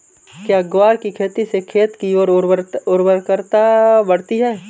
क्या ग्वार की खेती से खेत की ओर उर्वरकता बढ़ती है?